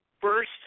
first